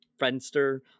Friendster